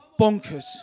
bonkers